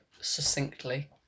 succinctly